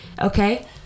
Okay